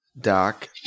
Doc